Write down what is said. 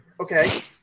okay